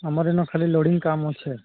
ଆମର ଏନା ଖାଲି ଲୋଡିଙ୍ଗ୍ କାମ ଅଛି